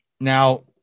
Now